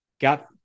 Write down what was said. Got